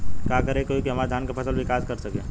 का करे होई की हमार धान के फसल विकास कर सके?